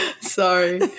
Sorry